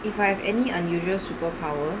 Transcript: if I have any unusual superpower